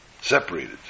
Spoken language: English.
separated